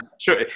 sure